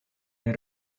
nie